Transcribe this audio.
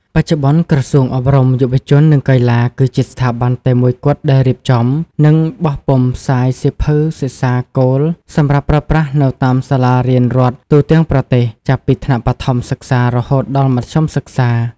បច្ចុប្បន្ន ក្រសួងអប់រំ យុវជន និងកីឡា គឺជាស្ថាប័នតែមួយគត់ដែលរៀបចំ និងបោះពុម្ពផ្សាយសៀវភៅសិក្សាគោលសម្រាប់ប្រើប្រាស់នៅតាមសាលារៀនរដ្ឋទូទាំងប្រទេស ចាប់ពីថ្នាក់បឋមសិក្សារហូតដល់មធ្យមសិក្សា។